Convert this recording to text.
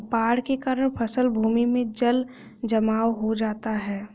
बाढ़ के कारण फसल भूमि में जलजमाव हो जाता है